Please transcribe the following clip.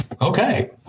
Okay